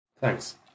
Thanks